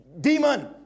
Demon